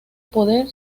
poder